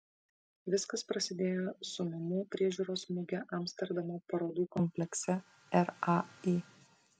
viskas prasidėjo su namų priežiūros muge amsterdamo parodų komplekse rai